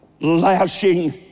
lashing